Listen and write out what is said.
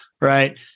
right